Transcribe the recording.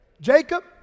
Jacob